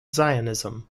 zionism